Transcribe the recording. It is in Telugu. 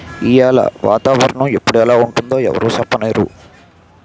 ఈయాల వాతావరణ ఎప్పుడు ఎలా ఉంటుందో ఎవరూ సెప్పనేరు